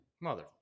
Mother